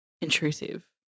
intrusive